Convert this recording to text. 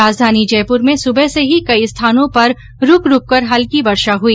राजधानी जयपुर में सुबह से ही कई स्थानों पर रूक रूक कर हल्की वर्षा हुई